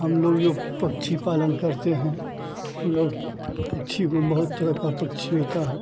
हम लोग जो पक्षी पालन करते हैं लोग पक्षी को बहुत तरह का पक्षी होता है